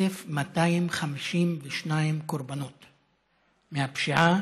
1,252 קורבנות מהפשיעה,